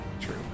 true